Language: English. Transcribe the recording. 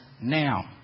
now